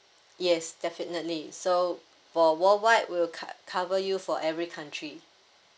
yes definitely so for worldwide will co~ cover you for every country